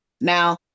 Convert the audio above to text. Now